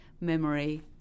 memory